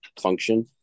function